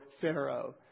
Pharaoh